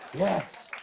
yes!